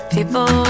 People